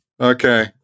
okay